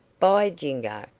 by jingo,